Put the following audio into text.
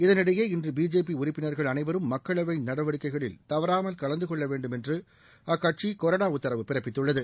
இதனிடையே இன்று பிஜேபி உறுப்பினர்கள் அனைவரும் மக்களவை நடவடிக்கைகளில் தவறாமல் கலந்துகொள்ள வேண்டும் என்று அக்கட்சி கொறடா உத்தரவு பிறப்பித்துள்ளது